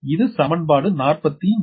இது சமன்பாடு44